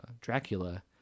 Dracula